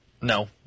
No